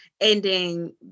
ending